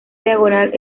diagonal